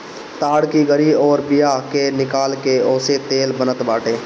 ताड़ की गरी अउरी बिया के निकाल के ओसे तेल बनत बाटे